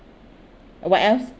what else